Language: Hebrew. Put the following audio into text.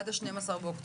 עד ה-12 באוקטובר.